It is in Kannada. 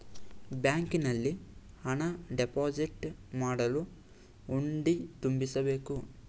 ಬ್ಯಾಂಕಿನಲ್ಲಿ ಹಣ ಡೆಪೋಸಿಟ್ ಮಾಡಲು ಹುಂಡಿ ತುಂಬಿಸಬೇಕು